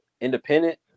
independent